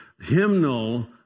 hymnal